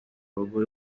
rugo